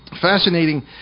Fascinating